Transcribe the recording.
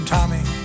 Tommy